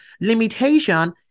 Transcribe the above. limitation